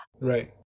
right